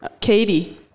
Katie